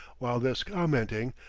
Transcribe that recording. while thus commenting,